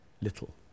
little